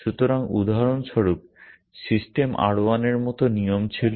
সুতরাং উদাহরণস্বরূপ system R 1 এর মতো নিয়ম ছিল